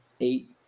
eight